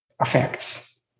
effects